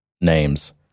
names